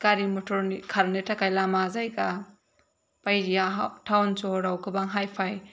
गारि मथरनि खारनो थाखायस लामा जायगा बायदिया टाउन सहराव गोबां हाइ फाइ